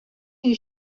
you